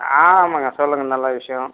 ஆ ஆமாங்க சொல்லுங்கள் நல்ல விஷயம்